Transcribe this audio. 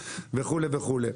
וכו' וכו'.